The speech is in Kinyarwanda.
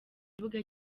kibuga